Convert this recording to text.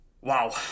Wow